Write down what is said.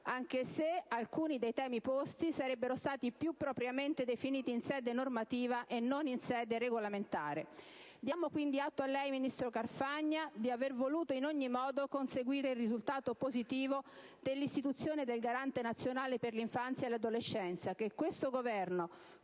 anche se alcuni dei temi posti sarebbero stati più propriamente definiti in sede normativa e non in sede regolamentare. Diamo quindi atto a lei, ministro Carfagna, di aver voluto in ogni modo conseguire il risultato positivo dell'istituzione del Garante nazionale per l'infanzia e l'adolescenza che questo Governo,